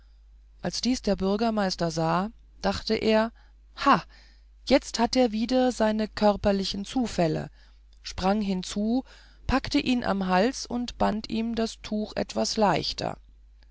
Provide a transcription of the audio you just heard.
als dies der bürgermeister sah dachte er ha jetzt hat er wieder seine körperlichen zufälle sprang hinzu packte ihn am hals und band ihm das tuch etwas leichter